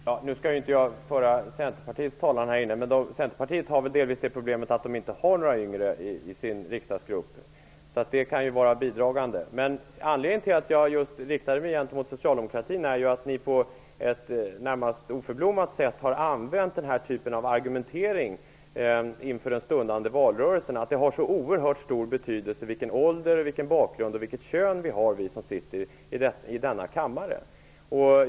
Herr talman! Jag skall inte föra Centerpartiets talan här. Men Centerpartiet har väl delvis det problemet att det inte finns några yngre i riksdagsgruppen. Det kan vara en bidragande anledning. Anledningen till att jag riktar mig mot Socialdemokraterna är att ni på ett närmast oförblommerat sätt har använt denna typ av argumentering inför den stundande valrörelsen, dvs. det har oerhört stor betydels vilken ålder, vilken bakgrund och vilket kön vi har som sitter i denna kammare.